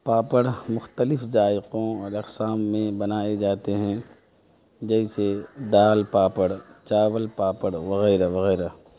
پاپڑ مختلف ذائقوں اور اقسام میں بنائے جاتے ہیں جیسے دال پاپڑ چاول پاپڑ وغیرہ وغیرہ